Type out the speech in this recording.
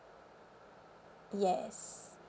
yes